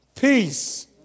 Peace